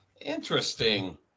Interesting